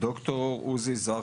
ד"ר עוזיאל זרחיה,